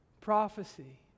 Prophecy